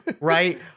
right